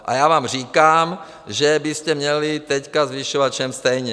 A já vám říkám, že byste měli teď zvyšovat všem stejně.